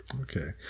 okay